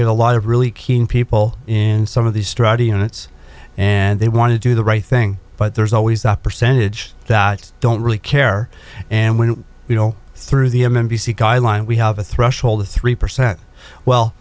get a lot of really keen people in some of these strata units and they want to do the right thing but there's always a percentage that don't really care and when you know through the m m b c guideline we have a threshold of three percent well